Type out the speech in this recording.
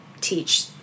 teach